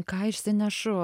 ką išsinešu